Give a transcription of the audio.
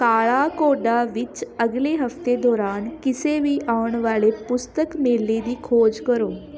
ਕਾਲਾਘੋਡਾ ਵਿੱਚ ਅਗਲੇ ਹਫ਼ਤੇ ਦੌਰਾਨ ਕਿਸੇ ਵੀ ਆਉਣ ਵਾਲੇ ਪੁਸਤਕ ਮੇਲੇ ਦੀ ਖੋਜ ਕਰੋ